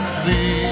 see